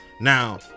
Now